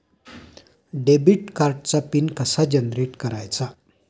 Debit कार्डचा PIN कसा generate करायचा?